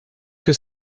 que